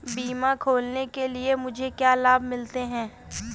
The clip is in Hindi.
बीमा खोलने के लिए मुझे क्या लाभ मिलते हैं?